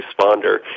responder